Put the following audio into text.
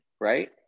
right